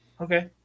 Okay